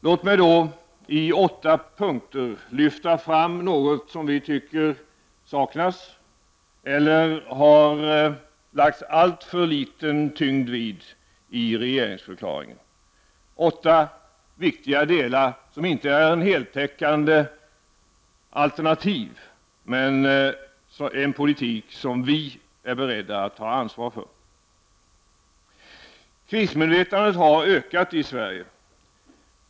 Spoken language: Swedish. Låt mig då i åtta punkter lyfta fram något som vi tycker saknas eller som det har lagts alltför liten tyngd vid i regeringsförklaringen. Det är åtta viktiga delar, som inte är heltäckande alternativ men en politik som vi i centern är beredda att ta ansvar för. Krismedvetandet har ökat i Sverige.